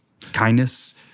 kindness